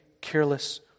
careless